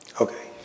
Okay